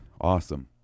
Awesome